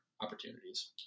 opportunities